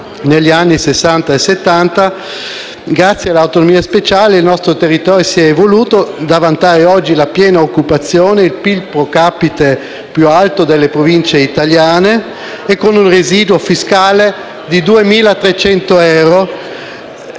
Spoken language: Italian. Settanta, grazie all'autonomia speciale, il nostro territorio si è evoluto, tanto da vantare oggi la piena occupazione, il PIL *pro capite* più alto delle Province italiane e con un residuo fiscale di 2.300 euro,